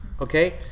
okay